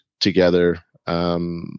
together